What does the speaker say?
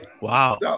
Wow